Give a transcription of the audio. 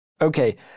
Okay